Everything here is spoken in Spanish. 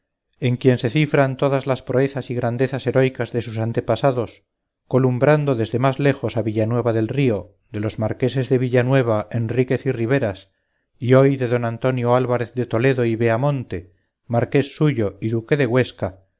en quien se cifran todas las proezas y grandezas heroicas de sus antepasados columbrando desde más lejos a villanueva del río de los marqueses de villanueva enríquez y riberas y hoy de don antonio álvarez de toledo y beamonte marqués suyo y duque de güesca